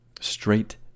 straight